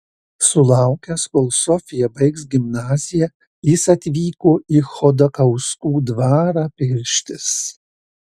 sulaukęs kol sofija baigs gimnaziją jis atvyko į chodakauskų dvarą pirštis